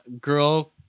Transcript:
girl